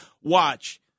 Watch